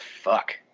fuck